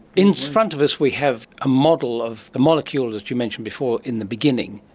in front of us we have a model of the molecule that you mentioned before in the beginning,